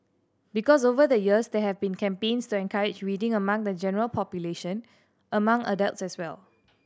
because over the years there have been campaigns to encourage reading among the general population among adults as well